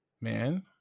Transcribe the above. man